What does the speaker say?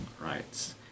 Right